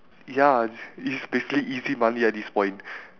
ya is is basically easy money at this point